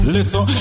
Listen